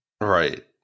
Right